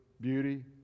beauty